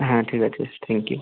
হ্যাঁ ঠিক আছেস থ্যাংক ইউ